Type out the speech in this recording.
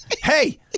Hey